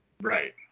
Right